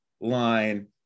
line